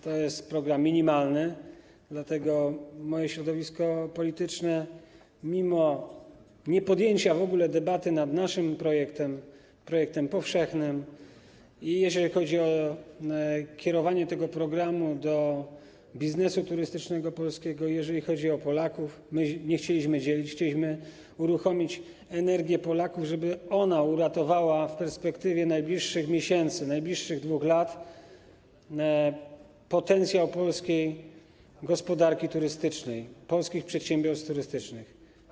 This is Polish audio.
To jest program minimalny, dlatego moje środowisko polityczne mimo niepodjęcia w ogóle debaty nad naszym projektem, projektem powszechnym, jeżeli chodzi o kierowanie tego programu do polskiego biznesu turystycznego, jeżeli chodzi o Polaków, nie chciało dzielić, chciało uruchomić energię Polaków, żeby ona uratowała w perspektywie najbliższych miesięcy, najbliższych 2 lat, potencjał polskiej gospodarki turystycznej, polskich przedsiębiorstw turystycznych.